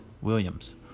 williams